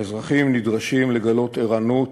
האזרחים נדרשים לגלות ערנות